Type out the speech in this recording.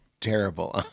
terrible